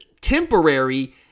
temporary